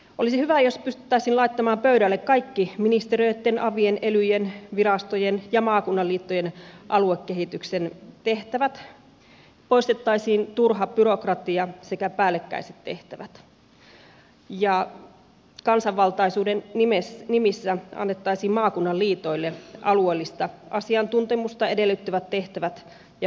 olisi hyvä jos pystyttäisiin laittamaan pöydälle kaikki ministeriöitten avien elyjen virastojen ja maakunnan liittojen aluekehityksen tehtävät poistettaisiin turha byrokratia sekä päällekkäiset tehtävät ja kansanvaltaisuuden nimissä annettaisiin maakunnan liitoille alueellista asiantuntemusta edellyttävät tehtävät ja päätösvaltaa